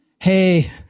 hey